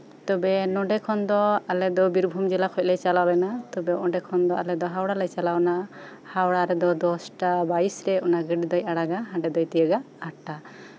ᱱᱚᱰᱮ ᱠᱷᱚᱡ ᱫᱚ ᱟᱞᱮ ᱫᱚ ᱵᱤᱨᱵᱷᱩᱢ ᱡᱮᱞᱟ ᱠᱷᱚᱡ ᱞᱮ ᱪᱟᱞᱟᱣ ᱞᱮᱱᱟ ᱛᱚᱵᱮ ᱚᱱᱰᱮ ᱠᱷᱚᱱ ᱫᱚ ᱟᱞᱮ ᱫᱚ ᱦᱟᱣᱲᱟ ᱞᱮ ᱪᱟᱞᱟᱣᱱᱟ ᱦᱟᱣᱲᱟ ᱨᱮᱫᱚ ᱚᱱᱟ ᱜᱵᱟᱹᱰᱤᱫᱚ ᱫᱚᱥᱴᱟ ᱵᱟᱭᱤᱥᱨᱮ ᱚᱱᱟ ᱜᱟᱹᱰᱤ ᱫᱚᱭ ᱟᱲᱟᱜᱟ ᱦᱟᱱᱰᱮ ᱫᱚᱭ ᱛᱤᱭᱳᱜᱟ ᱟᱴᱴᱟ